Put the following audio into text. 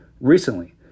Recently